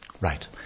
Right